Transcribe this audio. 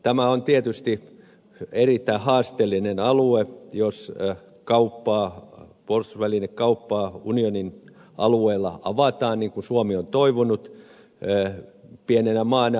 tämä on tietysti erittäin haasteellinen alue jos puolustusvälinekauppaa unionin alueella avataan niin kuin suomi on toivonut